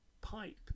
pipe